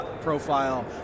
profile